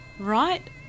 right